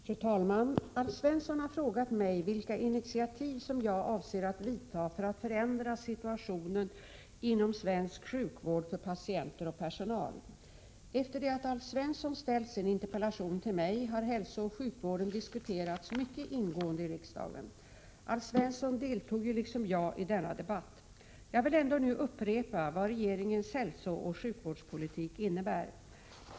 Fru talman! Alf Svensson har frågat mig vilka initiativ som jag avser att vidta för att förändra situationen inom svensk sjukvård för patienter och personal. Efter det att Alf Svensson ställt sin interpellation till mig har hälsooch sjukvården diskuterats mycket ingående i riksdagen. Alf Svensson deltog ju, liksom jag, i denna debatt. Jag vill ändå nu upprepa vad regeringens hälsooch sjukvårdspolitik innebär.